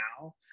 now